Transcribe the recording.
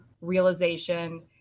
realization